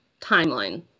timeline